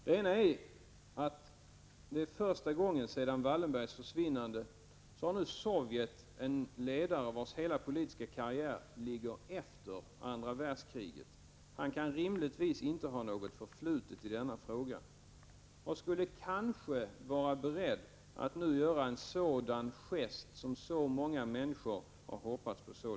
Den ena är att det är första gången sedan Raoul Wallenbergs försvinnande som Sovjet har en ledare vars hela politiska karriär daterar sig till tiden efter andra världskriget. Han kan rimligtvis inte ha något förflutet att dölja i denna fråga. Kanske skulle han nu kunna vara beredd till en sådan gest som så många människor så länge har hoppats på.